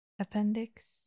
Appendix